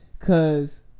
Cause